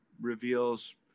reveals